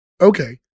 Okay